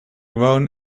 woon